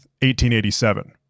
1887